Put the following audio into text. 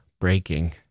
breaking